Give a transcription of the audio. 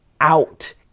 out